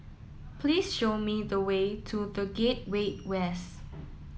please show me the way to The Gateway West